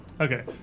Okay